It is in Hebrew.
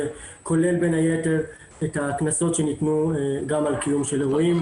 שכולל בין היתר את הקנסות שניתנו גם על קיום של אירועים.